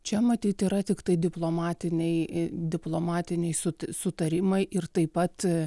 čia matyt yra tiktai diplomatiniai diplomatiniai sukti sutarimai ir taip pat